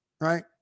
right